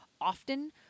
often